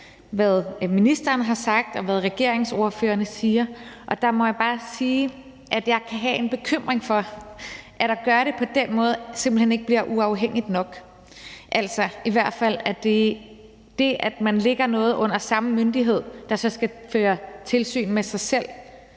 hvad ministeren har sagt, og hvad regeringsordførerne siger, og der må jeg bare sige, at jeg kan have en bekymring for, at det at gøre det på den måde simpelt hen ikke bliver uafhængigt nok. Altså, det, at man lægger noget under samme myndighed, der så skal føre tilsyn med sig selv,